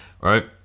right